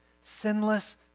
sinless